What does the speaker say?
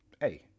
Hey